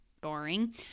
boring